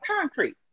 concrete